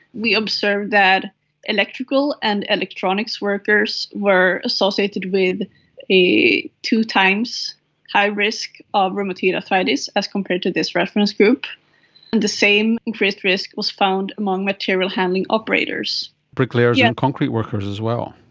we observed that electrical and electronics workers were associated with a two times higher risk of rheumatoid arthritis as compared to this reference group. and the same increased risk was found among material handling operators. bricklayers and concrete workers as well.